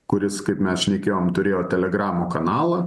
kuris kaip mes šnekėjom turėjo telegramo kanalą